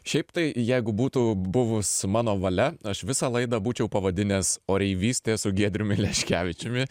šiaip tai jeigu būtų buvus mano valia aš visą laidą būčiau pavadinęs oreivystė su giedriumi leškevičiumi